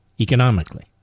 economically